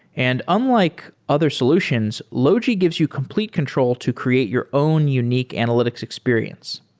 and unlike other solutions, logi gives you complete control to create your own unique analytics experience.